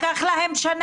לקח לה שנה.